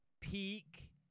peak